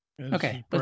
Okay